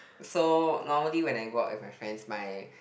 so normally when I go out with my friends my